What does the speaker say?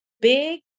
Big